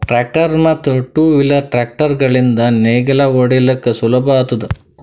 tractor ಮತ್ತ್ two wheel tractor ಗಳಿಂದ್ ನೇಗಿಲ ಹೊಡಿಲುಕ್ ಸುಲಭ ಆತುದ